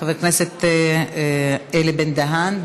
חבר הכנסת אלי בן-דהן,